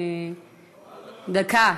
דקה,